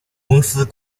公司